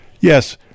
yes